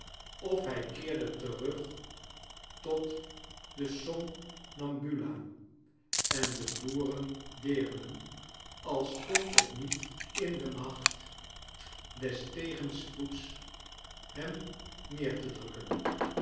of hi keerde terug tot de somnambula en de boerendeernen als stond het niet in de macht des tegenspoeds hem neer te drukken